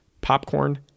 popcorn